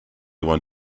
one